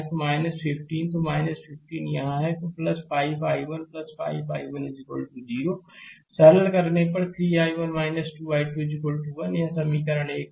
तो 15 तो 15 यहाँ है तो 5 I1 5 I1 0 सरल करने पर 3 I1 2I2 1 यह समीकरण 1 है